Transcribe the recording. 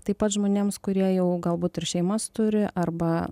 taip pat žmonėms kurie jau galbūt ir šeimas turi arba